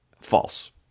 False